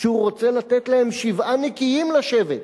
שהוא רוצה לתת להם שבעה נקיים לשבת.